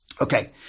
Okay